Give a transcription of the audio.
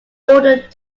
bordered